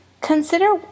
consider